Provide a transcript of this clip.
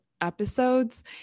episodes